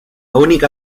única